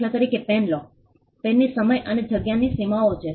દાખલા તરીકે પેન લો પેનની સમય અને જગ્યામાં સીમા હોય છે